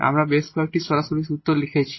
আমরা বেশ কয়েকটি সরাসরি সূত্র শিখেছি